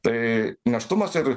tai nėštumas ir